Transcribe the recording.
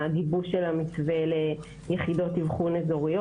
גיבוש המתווה ליחידות אבחון אזוריות.